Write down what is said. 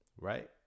right